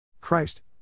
Christ